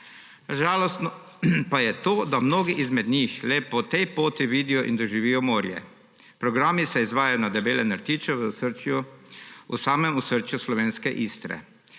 Žalostno pa je to, da mnogi izmed njih le po tej poti vidijo in doživijo morje. Programi se izvajajo na Debelem rtiču, v samem osrčju slovenske Istre.